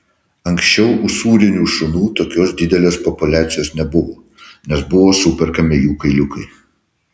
anksčiau usūrinių šunų tokios didelės populiacijos nebuvo nes buvo superkami jų kailiukai